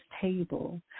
table